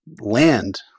land